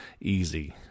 easy